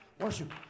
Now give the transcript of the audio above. worship